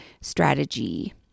strategy